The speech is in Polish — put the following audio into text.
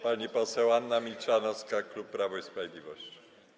Pani poseł Anna Milczanowska, klub Prawo i Sprawiedliwość.